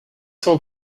cent